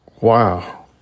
Wow